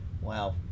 Wow